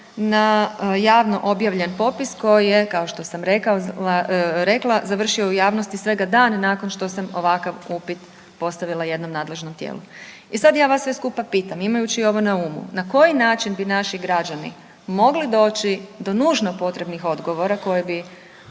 na javno objavljen popis koji je kao što sam rekla završio u javnosti svega dan nakon što sam ovakav upit postavila jednom nadležnom tijelu. I sad ja vas sve skupa pitam imajući ovo na umu na koji način bi naši građani mogli doći do nužno potrebnih odgovora koji bi